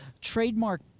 trademark